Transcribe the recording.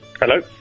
Hello